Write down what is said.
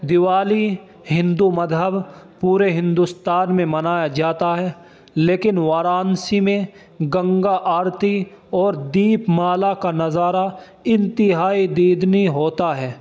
دیوالی ہندو مذہب پورے ہندوستان میں منایا جاتا ہے لیکن وارانسی میں گنگا آرتی اور دیپ مالا کا نظارہ انتہائی دیدنی ہوتا ہے